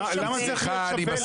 למה זה צריך להיות שווה לה?